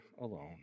alone